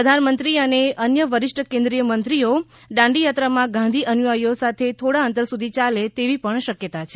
પ્રધાન મંત્રી અને અન્ય વરિષ્ઠ કેન્દ્રીય મંત્રીઓ દાંડી યાત્રામાં ગાંધી અનુયાયીઓ સાથે થોડા અંતર સુધી ચાલે તેવી પણ શક્યતા છે